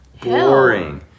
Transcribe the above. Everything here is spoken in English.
boring